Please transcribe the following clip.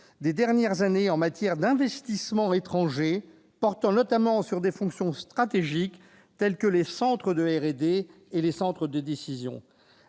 des dernières années, en matière d'investissements étrangers portant, notamment, sur des fonctions stratégiques telles que les centres de recherche et développement